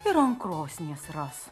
ir an krosnies ras